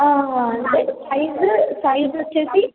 హ size size వచ్చేసి